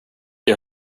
jag